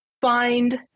find